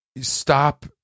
stop